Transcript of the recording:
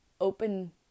open